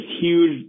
huge